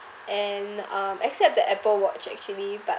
and um except the apple watch actually but